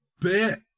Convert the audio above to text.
Bit